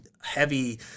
heavy